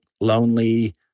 lonely